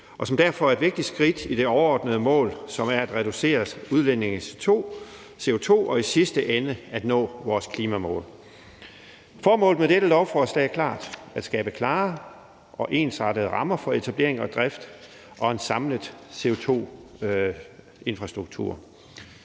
og som derfor er et vigtigt skridt i det overordnede mål, som er at reducere udledningen af CO2 og i sidste ende at nå vores klimamål. Formålet med dette lovforslag er klart: at skabe klare og ensartede rammer for etablering og drift af en samlet CO2-infrastruktur.